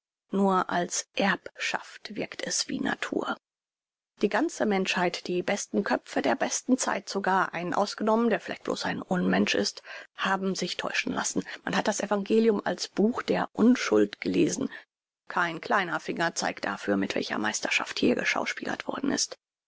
nur als erbschaft wirkt es wie natur die ganze menschheit die besten köpfe der besten zeiten sogar einen ausgenommen der vielleicht bloß ein unmensch ist haben sich täuschen lassen man hat das evangelium als buch der unschuld gelesen kein kleiner fingerzeig dafür mit welcher meisterschaft hier geschauspielert worden ist